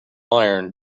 iron